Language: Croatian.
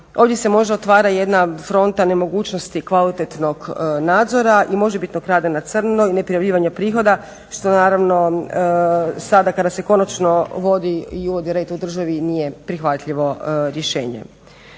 Ovdje se možda otvara jedna fronta nemogućnosti kvalitetnog nadzora i možebitnog rada na crno i neprijavljivanja prihoda što naravno sada kada se konačno vodi i uvodi red u državi nije prihvatljivo rješenje.